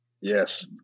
Yes